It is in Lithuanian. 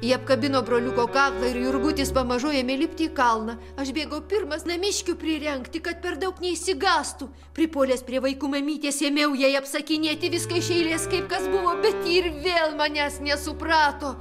ji apkabino broliuko kaklą ir jurgutis pamažu ėmė lipti į kalną aš bėgau pirmas namiškių prirengti kad per daug neišsigąstų pripuolęs prie vaikų mamytės ėmiau jai apsakinėti viską iš eilės kaip kas buvo ir vėl manęs nesuprato